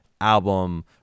album